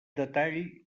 detall